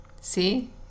see